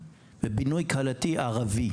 בבינוי ערבי.